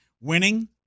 Winning